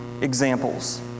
examples